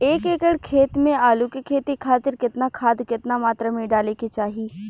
एक एकड़ खेत मे आलू के खेती खातिर केतना खाद केतना मात्रा मे डाले के चाही?